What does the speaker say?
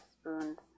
spoons